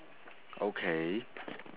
okay